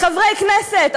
חברי כנסת,